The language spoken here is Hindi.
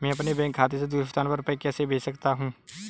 मैं अपने बैंक खाते से दूसरे स्थान पर रुपए कैसे भेज सकता हूँ?